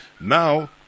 Now